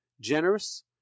generous